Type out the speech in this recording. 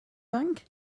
bank